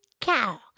Cow